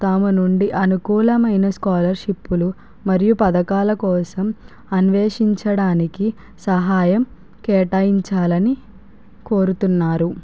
తమ నుండి అనుకూలమైన స్కాలర్షిప్లు మరియు పథకాల కోసం అన్వేషించడానికి సహాయం కేటాయించాలని కోరుతున్నారు